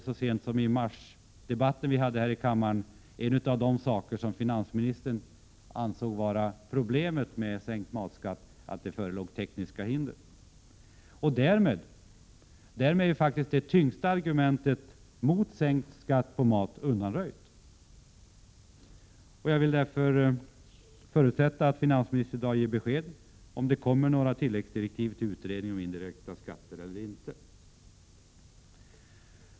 Så sent som i marsdebatten här i kammaren ansåg finansministern att problemet med sänkt matskatt var att det förelåg tekniska hinder. Därmed är alltså det tyngsta argumentet mot sänkt skatt på mat undanröjt. Jag förutsätter därför att finansministern i dag ger besked om huruvida det kommer några tilläggsdirektiv till utredningen om indirekta skatter eller inte.